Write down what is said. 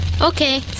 Okay